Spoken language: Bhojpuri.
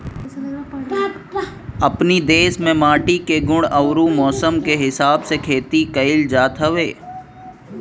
अपनी देस में माटी के गुण अउरी मौसम के हिसाब से खेती कइल जात हवे